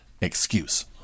excuse